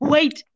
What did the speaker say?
Wait